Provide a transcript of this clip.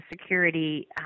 security